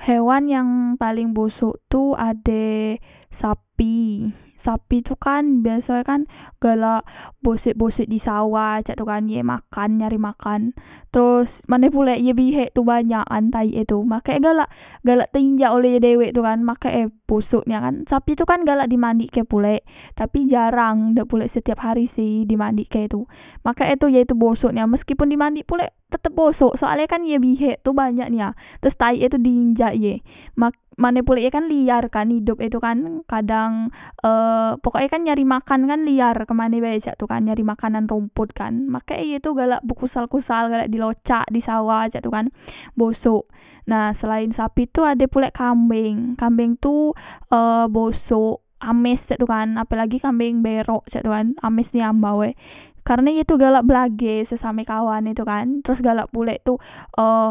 Hewan yang paleng bosok tu ade sapi sapi tukan biaso e kan galak bosek bosek di sawah cak tu kan ye makan nyari makan teros mane pulek ye bihek tu banyak kan taik e tu makek e galak teinjak oleh ye dewek tu kan makek e bosok nian kan sapi tu kan galak di mandik ke pulek tapi jarang dak pulek setiap hari sih dimandekke e tu makek e tu ye tu bosok nia meskipun di mandik pulek tetep bosok soale kan ye bihek tu banyak nia teros taik e tu diinjak ye mak mane pulek ye kak liar kan idop e tu kan kadang e pokok e kan nyari makan kan liar kemane bae cak tu kan nyari makanan rompot kan makek e ye tu galak bekusal kusal galak di locak di sawah cak tu kan bosok nah selaen sapi tu ade pulek kambeng kambeng tu e bosok ames cak tu kan apelagi kambeng berok caktu kan ames nian ambau e karne ye tu galak belage sesame kawan e tu kan teros galak pulek tu e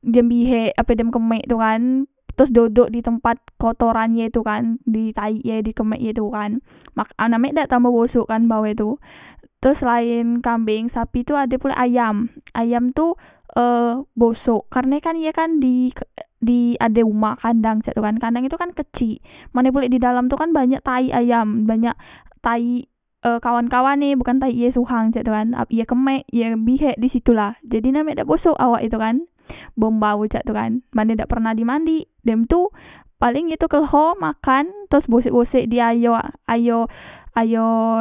dem bihek atau dem kemek tu kan teros dodok di tempat kotoran ye tu kan di taik ye di kemek e ye tu kan mak name dak tambah bosok kan embau e tu teros selaen kambeng sapi tu ade pulek ayam ayam tu e bosok karne kan ye kan di ade uma kandang cak tu kandang e tu kan kecik mane pule di dalam tu kan banyak taik ayam banyak taik e kawan kawan e bukan taik ye sohang cak tu kan ye kemek ye bihek disitulah jadi name dak bosok awak e tu kan be mbau cak tu kan mane dak pernah di mandik dem tu paleng ye tu kleho makan teros bosek bosek di ayo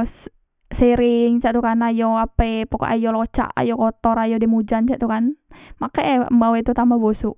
sereng cak tu kan ayo ape pokok ayo locak ayo kotor ayo dem ujan cak tu kan makek e embau e tu tambah bosok